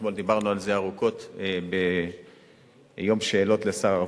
אתמול דיברנו על זה ארוכות ביום שאלות לשר הרווחה.